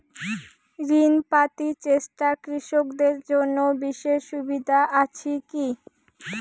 ঋণ পাতি চেষ্টা কৃষকদের জন্য বিশেষ সুবিধা আছি কি?